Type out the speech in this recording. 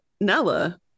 Nella